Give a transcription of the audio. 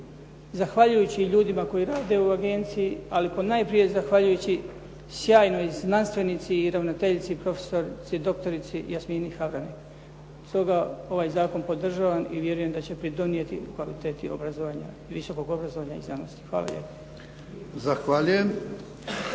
Zahvaljujući i ljudima koji i rade u agenciji, ali ponajprije zahvaljujući sjajnoj znanstvenici i ravnateljici profesorici, doktorici Jasmini …/Govornik se ne razumije./… Stoga ovaj zakon podržavam i vjerujem da će pridonijeti kvaliteti obrazovanja, visokog obrazovanja i znanosti. Hvala lijepa.